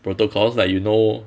protocols like you know